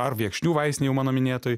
ar viekšnių vaistinėj jau mano minėtoj